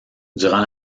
durant